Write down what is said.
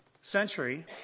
century